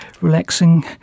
relaxing